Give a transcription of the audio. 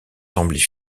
semblait